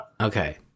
Okay